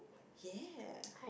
ya